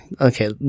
okay